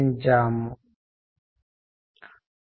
ఒక రకంగా చెప్పాలంటే అతను మనతో కమ్యూనికేట్ చేయడం లేదు